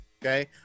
Okay